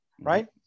right